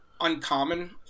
uncommon